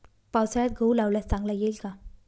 पावसाळ्यात गहू लावल्यास चांगला येईल का?